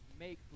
Make